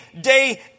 day